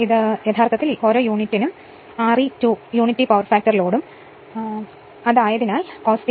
ഇത് യഥാർത്ഥത്തിൽ യൂണിറ്റിന് R e 2 ഉം യൂണിറ്റി പവർ ഫാക്ടർ ലോഡും ആയതിനാൽ cos ∅ 1